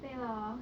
对 lor